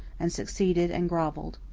and succeeded and grovelled.